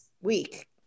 week